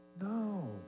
No